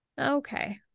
Okay